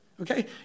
okay